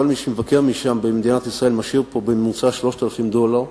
כל מי שמבקר משם במדינת ישראל משאיר פה בממוצע 3,000 דולר,